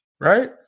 right